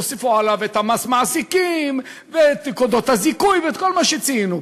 הוסיפו עליו את מס המעסיקים ואת נקודות הזיכוי ואת כל מה שציינו פה.